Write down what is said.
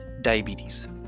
diabetes